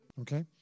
Okay